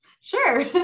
Sure